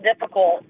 difficult